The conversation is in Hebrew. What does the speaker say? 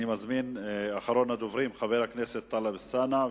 אני מזמין את אחרון הדוברים, חבר הכנסת אלסאנע.